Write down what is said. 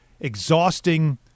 exhausting